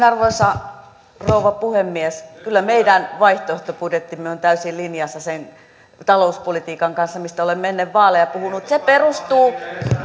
arvoisa rouva puhemies kyllä meidän vaihtoehtobudjettimme on täysin linjassa sen talouspolitiikan kanssa mistä olemme ennen vaaleja puhuneet se perustuu